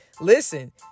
listen